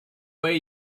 way